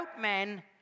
men